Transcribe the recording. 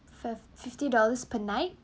for sixty dollars per night